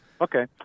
Okay